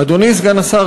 אדוני סגן השר,